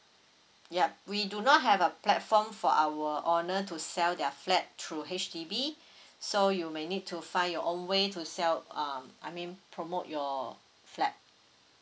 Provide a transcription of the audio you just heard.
yeah we do not have a platform for our owner to sell their flat through H_D_B so you may need to find your own way to sell um I mean promote your flat